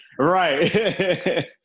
right